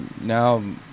Now